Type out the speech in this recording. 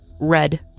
Red